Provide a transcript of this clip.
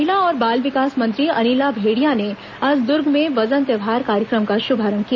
महिला और बाल विकास मंत्री अनिला भेंडिया ने आज दूर्ग में वजन त्यौहार कार्यक्रम का श्भारंभ किया